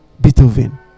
Beethoven